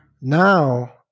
Now